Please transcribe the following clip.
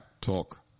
Talk